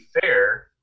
fair